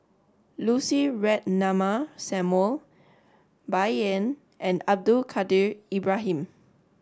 Lucy Ratnammah Samuel Bai Yan and Abdul Kadir Ibrahim